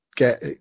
Get